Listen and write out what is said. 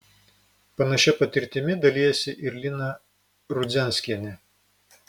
panašia patirtimi dalijasi ir lina rudzianskienė